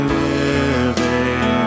living